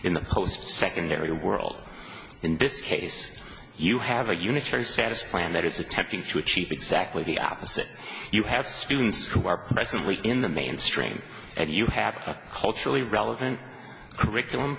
in the post secondary world in this case you have a unitary saddest plan that is attempting to achieve exactly the opposite you have students who are presently in the mainstream and you have a culturally relevant curriculum